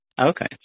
Okay